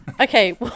Okay